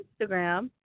Instagram